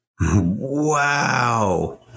Wow